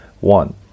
One